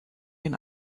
den